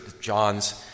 John's